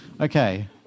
Okay